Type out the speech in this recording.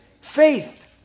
faith